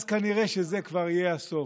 אז כנראה שזה כבר הסוף.